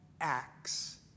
acts